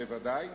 בוודאי.